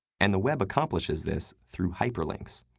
and the web accomplishes this through hyperlinks.